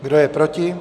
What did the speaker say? Kdo je proti?